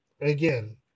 again